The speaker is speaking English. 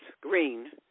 Green